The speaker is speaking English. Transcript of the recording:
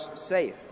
safe